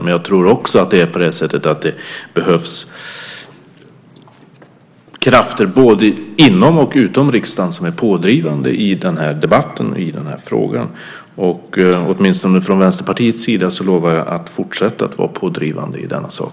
Men jag tror också att det behövs krafter både inom och utom riksdagen som är pådrivande i debatten och i frågan. Åtminstone från Vänsterpartiets sida lovar jag att fortsätta att vara pådrivande i denna sak.